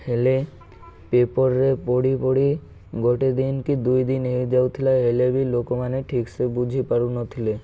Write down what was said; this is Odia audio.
ହେଲେ ପେପର୍ରେ ପଢ଼ି ପଢ଼ି ଗୋଟେ ଦିନ କି ଦୁଇ ଦିନ ହେଇଯାଉଥିଲା ହେଲେ ବି ଲୋକମାନେ ଠିକ୍ ସେ ବୁଝିପାରୁନଥିଲେ